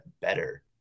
better